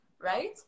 right